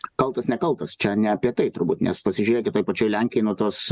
kaltas nekaltas čia ne apie tai turbūt nes pasižiūrėkit toj pačioj lenkijoj nuo tos